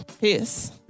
Peace